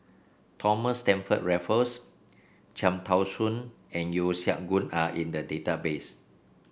Thomas Stamford Raffles Cham Tao Soon and Yeo Siak Goon are in the database